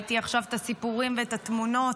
ראיתי עכשיו את הסיפורים ואת התמונות